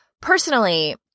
Personally